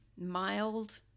mild